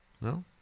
No